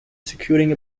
securing